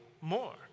more